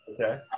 Okay